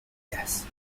ellas